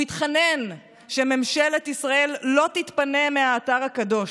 הוא התחנן שממשלת ישראל לא תתפנה מהאתר הקדוש.